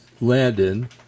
Landon